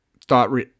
thought